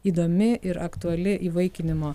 įdomi ir aktuali įvaikinimo